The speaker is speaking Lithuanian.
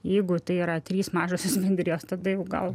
jeigu tai yra trys mažosios bendrijos tada jau gal